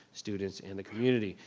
students, and the community.